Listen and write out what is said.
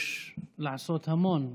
יש לעשות המון.